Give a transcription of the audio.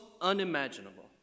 unimaginable